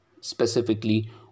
Specifically